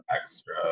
extra